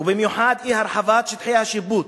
ובמיוחד אי-הרחבת שטחי השיפוט